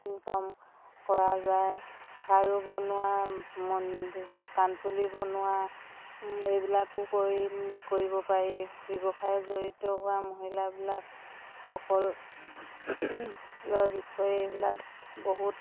income কৰা যায় খাৰু বনোৱা মণি কাণফুলি বনোৱা এইবিলাকো কৰি কৰিব পাৰি ব্যৱসায়ত জড়িত হোৱা মহিলাবিলাক সক লোৰ বিষয়ে এইবিলাক বহুত